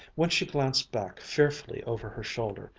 when she glanced back fearfully over her shoulder,